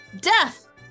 death